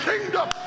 kingdom